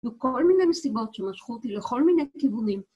וכל מיני מסיבות שמשכו אותי לכל מיני כיוונים.